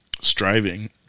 striving